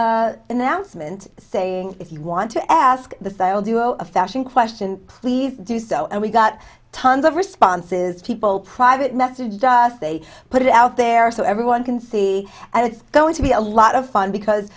s announcement saying if you want to ask the duo a fashion question please do so and we got tons of responses people private message us they put it out there so everyone can see and it's going to be a lot of fun because